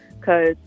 Cause